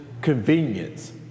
convenience